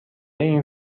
این